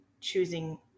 choosing